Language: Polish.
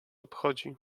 obchodzi